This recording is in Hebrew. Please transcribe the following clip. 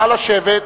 נא לשבת.